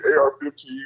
AR-15